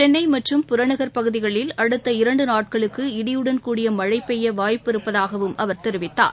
சென்னை மற்றும் புறநகர் பகுதிகளில் அடுத்த இரண்டு நாட்களுக்கு இடியுடன் கூடிய மழை பெய்ய வாய்ப்பு இருப்பதாகவும் அவர் தெரிவித்தார்